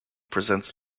presents